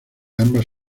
ambas